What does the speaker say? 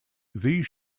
these